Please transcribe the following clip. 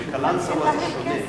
כי בקלנסואה זה שונה,